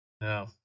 No